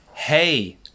Hey